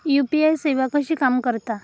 UPI सेवा कशी काम करता?